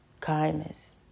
kindness